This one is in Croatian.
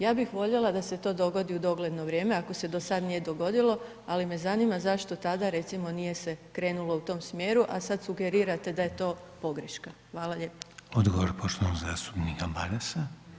Ja bih voljela da se to dogodi u dogledno vrijeme, ako se do sad nije dogodilo, ali me zanima zašto tada, recimo, nije se krenulo u tom smjeru, a sad sugerirate da je to pogreška.